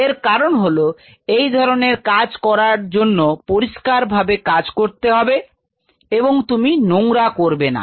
এর কারণ হলো এই ধরনের কাজ করার জন্য পরিষ্কার ভাবে কাজ করতে হবে এবং তুমি নোংরা করবেনা